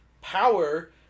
power